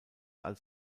als